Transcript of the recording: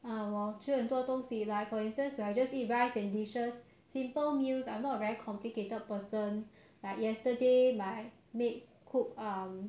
asian food uh sometimes uh we will try other things like japanese mexican mm 我们